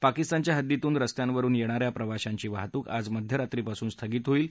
पाकिस्तानच्या हद्दीतून रस्त्यावरुन येणाऱ्या प्रवाशांची वाहतूक आज मध्यरात्रीपासून स्थगित होईल